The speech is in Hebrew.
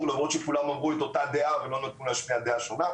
למרות שכולם אמרו את אותה דעה ולא נתנו להשמיע דעה שונה.